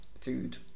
Food